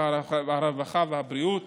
הרווחה והבריאות